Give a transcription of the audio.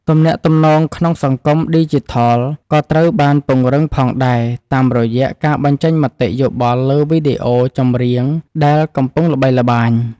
ទំនាក់ទំនងក្នុងសង្គមឌីជីថលក៏ត្រូវបានពង្រឹងផងដែរតាមរយៈការបញ្ចេញមតិយោបល់លើវីដេអូចម្រៀងដែលកំពុងល្បីល្បាញ។